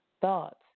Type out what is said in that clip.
thoughts